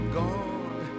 gone